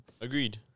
Agreed